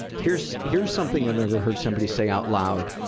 here's, here's something i've never heard somebody say out loud.